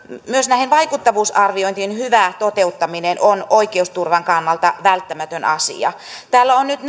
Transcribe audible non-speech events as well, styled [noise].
myös vaikuttavuusarviointien hyvä toteuttaminen on oikeusturvan kannalta välttämätön asia täällä on nyt [unintelligible]